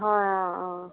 হয় অঁ অঁ